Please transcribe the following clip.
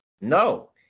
No